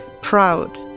proud